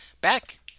back